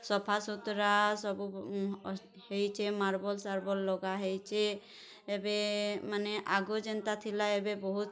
ସଫାସୁତ୍ରା ସବୁ ହେଇଛେ ମାର୍ବଲ୍ ସାର୍ବଲ୍ ଲଗାହେଇଛେ ଏବେ ମାନେ ଆଗ ଯେନ୍ତା ଥିଲା ଏବେ ବହୁତ୍